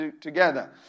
together